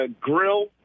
grill